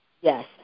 Yes